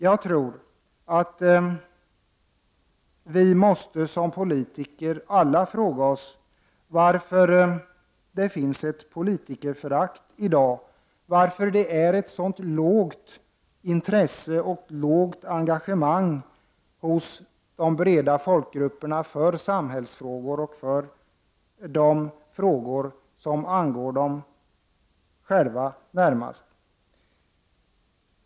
Jag tror att vi alla som politiker måste fråga oss varför det finns ett politikerförakt i dag, varför det hos de breda folkgrupperna är så lågt intresse och engagemang för samhällsfrågor, för frågor som angår dem själva närmast.